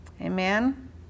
amen